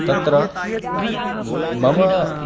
तत्र म् मम